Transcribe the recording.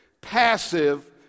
passive